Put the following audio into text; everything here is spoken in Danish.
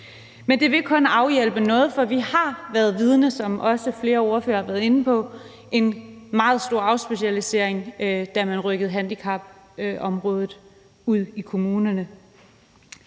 Men det ville kun afhjælpe noget, for vi har, som også flere ordførere har været inde på, været vidne til en meget stor afspecialisering, da man rykkede handicapområdet ud i kommunerne,